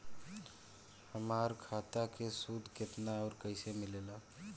हमार खाता मे सूद केतना आउर कैसे मिलेला?